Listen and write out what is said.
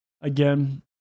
Again